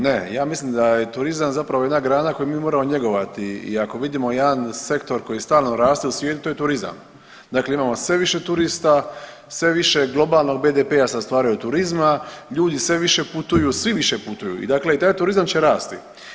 Ne, ja mislim da je turizam zapravo jedna grana koju mi moramo njegovati i ako vidimo jedan sektor koji stalno raste u svijetu to je turizam, dakle imamo sve više turista, sve više globalnog BDP-a se stvara od turizma, ljudi sve više putuju, svi više putuju i dakle taj turizam će rasti.